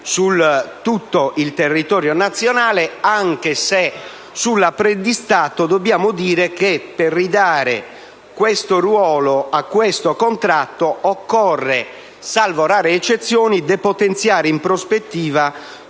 su tutto il territorio nazionale, anche se sull'apprendistato dobbiamo dire che per ridare tale ruolo a questo contratto occorre, salvo rare eccezioni, depotenziare in prospettiva